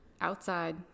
outside